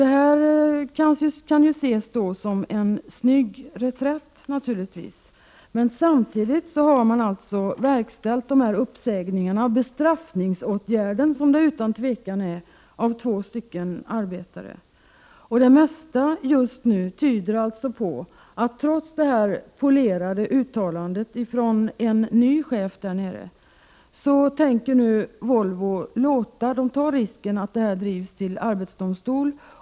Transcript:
Det kan förstås ses som en snygg reträtt. Samtidigt har man verkställt dessa uppsägningar av två arbetare — utan tvivel en bestraffningsåtgärd. Det mesta tyder just nu på att Volvo, trots detta polerade uttalande från en ny chef, tänker ta risken att fallen drivs till arbetsdomstolen.